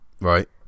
right